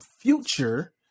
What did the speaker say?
future